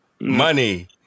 Money